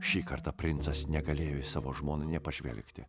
šį kartą princas negalėjo į savo žmoną nė pažvelgti